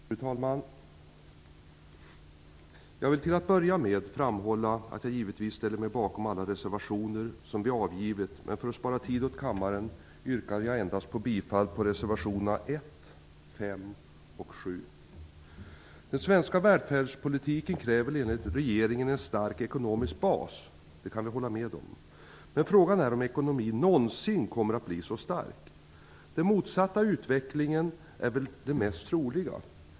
Fru talman! Jag vill till att börja med framhålla att jag givetvis ställer mig bakom alla reservationer som vi avgivit, men för att spara tid åt kammaren yrkar jag endast bifall till reservationerna 1, 5 och Den svenska välfärdspolitiken kräver enligt regeringen en stark ekonomisk bas. Det kan vi hålla med om. Men frågan är om ekonomin någonsin kommer att bli så stark. Den motsatta utvecklingen är väl den mest troliga.